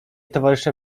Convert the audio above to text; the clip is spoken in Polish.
towarzysze